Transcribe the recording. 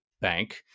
Bank